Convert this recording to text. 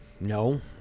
No